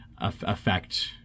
Affect